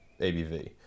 ABV